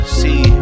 see